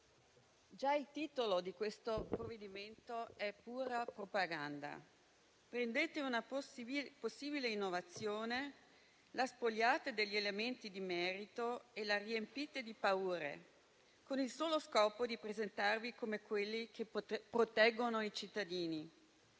già il titolo di questo provvedimento è pura propaganda. Prendete una possibile innovazione, la spogliate degli elementi di merito e la riempite di paure, con il solo scopo di presentarvi come quelli che proteggono i cittadini.